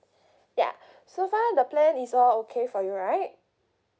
yeah so far the plan is all okay for you right